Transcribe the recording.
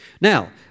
Now